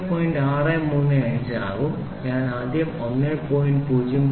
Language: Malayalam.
635 ആകും ആദ്യം ഞാൻ 1